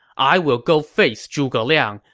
i will go face zhuge liang.